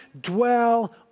dwell